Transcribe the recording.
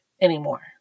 anymore